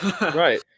Right